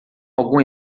algum